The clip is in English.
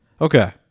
Okay